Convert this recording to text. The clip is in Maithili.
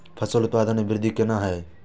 फसल उत्पादन में वृद्धि केना हैं?